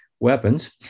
weapons